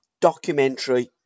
documentary